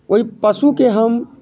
ओहि पशुके हम